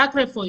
רק רפואית.